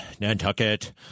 Nantucket